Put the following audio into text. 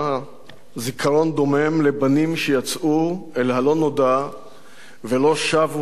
זיכרון דומם לבנים שיצאו אל הלא-נודע ולא שבו הביתה.